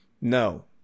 No